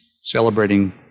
celebrating